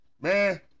Man